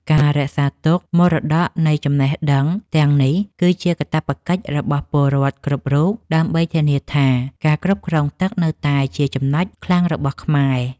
ការរក្សាទុកមរតកនៃចំណេះដឹងទាំងនេះគឺជាកាតព្វកិច្ចរបស់ពលរដ្ឋគ្រប់រូប ដើម្បីធានាថាការគ្រប់គ្រងទឹកនៅតែជាចំណុចខ្លាំងរបស់ខ្មែរ។